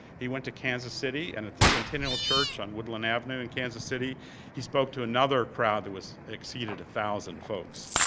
he went to kansas city, and at the centennial church on woodland avenue in kansas city he spoke to another crowd that exceeded a thousand folks,